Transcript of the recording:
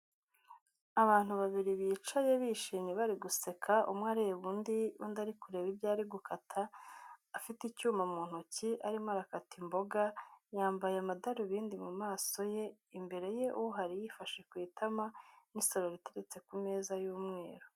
Abantu babiri bicaye bishimye bari guseka, umwe areba undi, undi ari kureba ibyo ari gukata, afite icyuma mu ntoki, arimo arakata imboga, yambaye amadarubindi mu maso ye, imbere ye uhari yifashe ku itama n'isorori iteretse ku meza y'umweru.